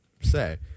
say